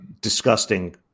disgusting